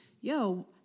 yo